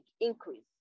increase